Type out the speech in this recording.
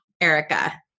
Erica